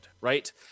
right